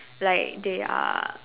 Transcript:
like they are